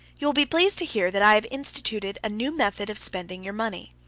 you will be pleased to hear that i have instituted a new method of spending your money.